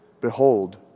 Behold